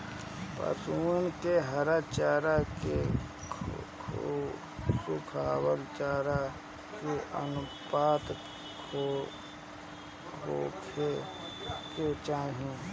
पशुअन के हरा चरा एंव सुखा चारा के अनुपात का होखे के चाही?